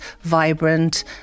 vibrant